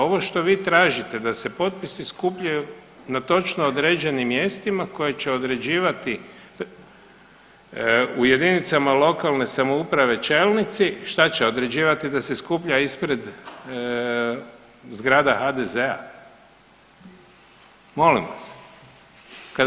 Ovo što vi tražite da se potpisi skupljaju na točno određenim mjestima koja će određivati u jedinicama lokalne samouprave čelnici, šta će određivati da se skuplja ispred zgrada HDZ-a, molim vas.